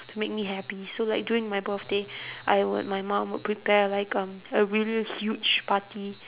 to make me happy so like during my birthday I would my mum would prepare like um a really huge party